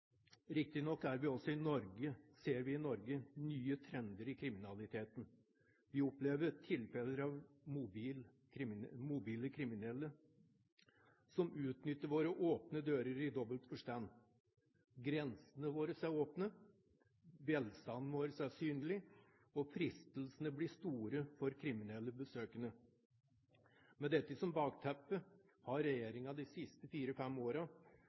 Riktignok ser vi også i Norge nye trender i kriminaliteten. Vi opplever tilfeller av mobile kriminelle som utnytter våre åpne dører, i dobbelt forstand. Grensene våre er åpne, velstanden vår er synlig og fristelsene blir store for kriminelle besøkende. Med dette som bakteppe har regjeringen de siste